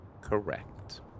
Correct